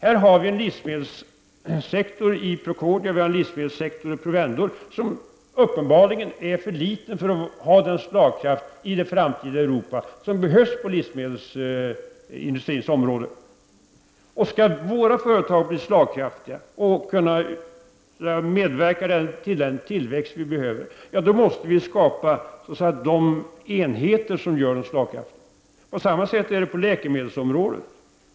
Man har en livsmedelssektor i Procordia och man har en livsmedelssektor i Provendor som uppenbarligen är för liten för att ha den slagkraft i det framtida Europa som behövs på livsmedelsindustrins område. Om våra företag skall bli slagkraftiga och medverka till den tillväxt som vi behöver, då måste vi skapa de enheter som gör dem slagkraftiga. Samma sak gäller på läkemedelsområdet.